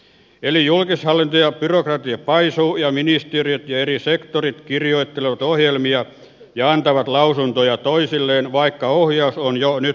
eli julkishallinto ja byrokratia paisuvat ja ministeriöt ja eri sektorit kirjoittelevat ohjelmia ja antavat lausuntoja toisilleen vaikka ohjaus on jo nyt eu tasolla